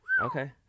Okay